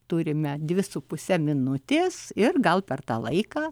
turime dvi su puse minutės ir gal per tą laiką